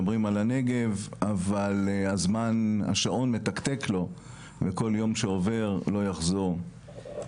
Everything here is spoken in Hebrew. מדברים על הנגב אבל השעון מתקתק לו וכל יום שעובר לא יחזור.